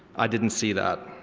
i didn't see that.